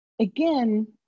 again